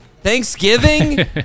Thanksgiving